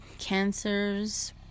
cancers